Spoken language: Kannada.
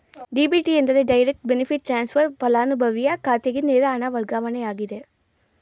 ಡಿ.ಬಿ.ಟಿ ಎಂದರೆ ಡೈರೆಕ್ಟ್ ಬೆನಿಫಿಟ್ ಟ್ರಾನ್ಸ್ಫರ್, ಪಲಾನುಭವಿಯ ಖಾತೆಗೆ ನೇರ ಹಣ ವರ್ಗಾವಣೆಯಾಗಿದೆ